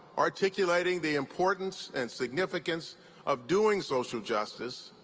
articulating the importance and significance of doing social justice